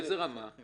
באיזה רמה תסכל?